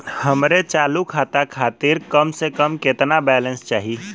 हमरे चालू खाता खातिर कम से कम केतना बैलैंस चाही?